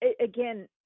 again